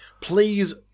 please